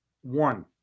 One